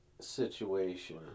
situation